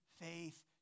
faith